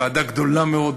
ועדה גדולה מאוד,